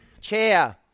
Chair